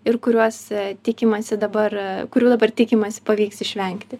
ir kuriuos tikimasi dabar kurių dabar tikimasi pavyks išvengti